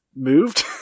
moved